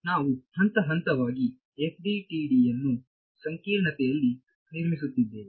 ಆದ್ದರಿಂದ ನಾವು ಹಂತ ಹಂತವಾಗಿ FDTDಯನ್ನು ಸಂಕೀರ್ಣತೆಯಲ್ಲಿ ನಿರ್ಮಿಸುತ್ತಿದ್ದೇವೆ